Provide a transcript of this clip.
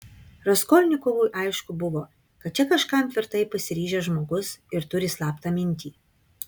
raskolnikovui aišku buvo kad čia kažkam tvirtai pasiryžęs žmogus ir turi slaptą mintį